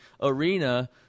arena